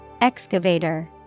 Excavator